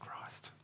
Christ